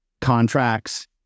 contracts